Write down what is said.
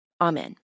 Amen